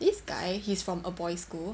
this guy he's from a boys' school